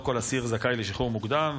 לא כל אסיר זכאי לשחרור מוקדם,